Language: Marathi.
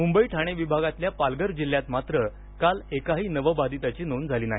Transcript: मुंबई ठाणे विभागातल्या पालघर जिल्ह्यात मात्र काल एकाही नवबाधिताची नोंद झाली नाही